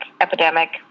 epidemic